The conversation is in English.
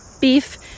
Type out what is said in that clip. beef